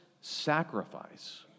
sacrifice